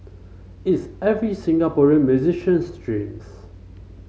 it's every Singaporean musician's dreams